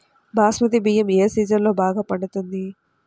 బాస్మతి బియ్యం ఏ సీజన్లో బాగా పండుతుంది?